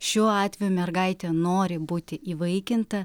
šiuo atveju mergaitė nori būti įvaikinta